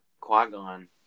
Qui-Gon